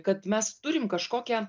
kad mes turim kažkokią